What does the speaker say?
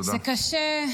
זה קשה,